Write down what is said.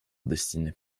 destinée